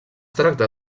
tracta